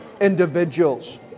individuals